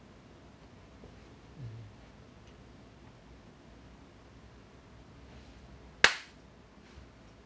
mm